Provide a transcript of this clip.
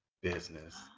business